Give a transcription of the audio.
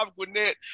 Gwinnett